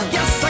Yes